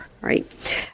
right